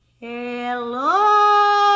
Hello